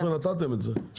בשנת 2015 אמרתם את זה, נכון?